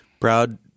Proud